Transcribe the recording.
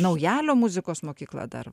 naujalio muzikos mokykla dar